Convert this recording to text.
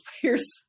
players